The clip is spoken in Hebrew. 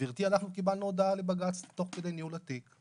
אנחנו קיבלנו הודעה לבג"צ תוך כדי ניהול התיק,